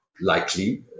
likely